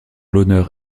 l’honneur